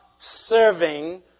serving